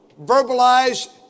verbalize